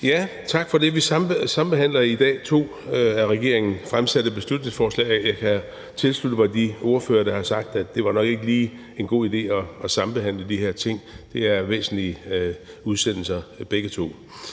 Tak for det. Vi sambehandler i dag to af regeringen fremsatte beslutningsforslag. Jeg kan tilslutte mig de ordførere, der har sagt, at det nok ikke lige var en god idé at sambehandle de her ting. Det er væsentlige udsendelser begge to.